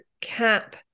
cap